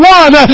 one